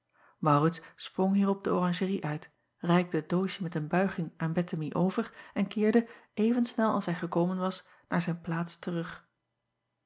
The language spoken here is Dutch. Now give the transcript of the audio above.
aurits sprong hierop de oranjerie uit reikte het doosje met een buiging aan ettemie over en keerde even snel als hij gekomen was naar zijn plaats terug